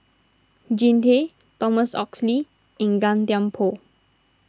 Jean Tay Thomas Oxley and Gan Thiam Poh